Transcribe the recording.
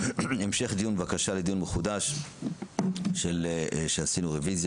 המשך דיון ובקשה לדיון מחודש כי עשינו רביזיה